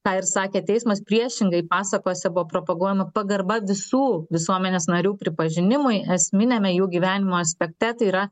tą ir sakė teismas priešingai pasakose buvo propaguojama pagarba visų visuomenės narių pripažinimui esminiame jų gyvenimo aspekte tai yra